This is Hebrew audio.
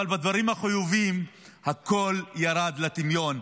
אבל בדברים החיוביים הכול ירד לטמיון.